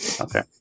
okay